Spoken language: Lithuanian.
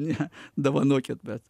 ne dovanokit bet